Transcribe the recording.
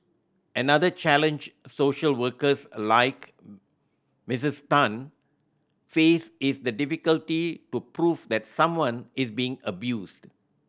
another challenge social workers like Missis Tan face is the difficulty to prove that someone is being abused